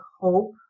hope